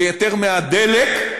ויותר מהדלק,